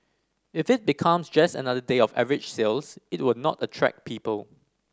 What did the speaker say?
if it becomes just another day of average sales it will not attract people